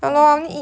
!wah!